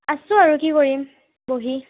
আছোঁ আৰু কি কৰিম বহি